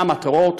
מה המטרות?